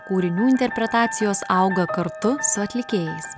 kūrinių interpretacijos auga kartu su atlikėjais